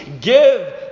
give